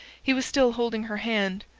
he was still holding her hand.